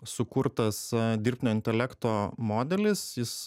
sukurtas dirbtinio intelekto modelis jis